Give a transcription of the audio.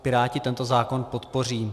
Piráti tento zákon podpoří.